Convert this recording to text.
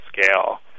scale